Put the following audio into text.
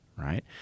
right